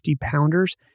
pounders